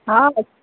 हँ